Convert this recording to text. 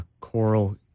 Coral